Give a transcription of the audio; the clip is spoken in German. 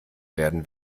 werden